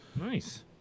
Nice